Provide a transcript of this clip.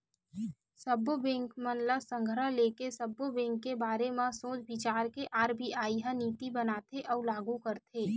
सब्बो बेंक मन ल संघरा लेके, सब्बो बेंक के बारे म सोच बिचार के आर.बी.आई ह नीति बनाथे अउ लागू करथे